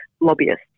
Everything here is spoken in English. lobbyists